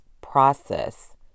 process